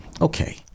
okay